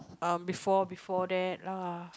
um before before that lah